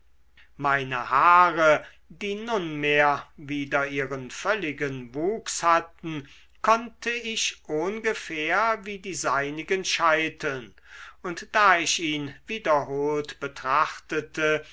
meine haare die nunmehr wieder ihren völligen wuchs hatten konnte ich ohngefähr wie die seinigen scheiteln und da ich ihn wiederholt betrachtete